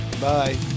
Bye